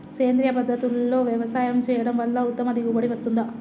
సేంద్రీయ పద్ధతుల్లో వ్యవసాయం చేయడం వల్ల ఉత్తమ దిగుబడి వస్తుందా?